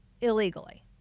Illegally